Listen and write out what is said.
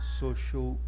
social